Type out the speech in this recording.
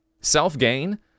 Self-gain